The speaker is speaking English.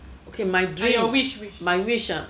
okay my dream my wish ah